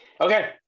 Okay